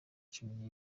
cumi